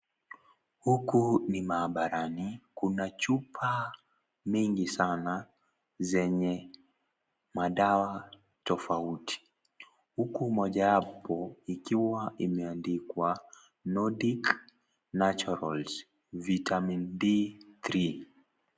Huku ni maabarani, kuna chupa mingi sana zenye madawa tofauti huku mojawapo ikiwa imeandikwa Nordic natural vitamin D3.